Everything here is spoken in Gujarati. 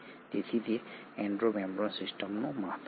તેથી તે એન્ડો મેમ્બ્રેન સિસ્ટમનું મહત્વ છે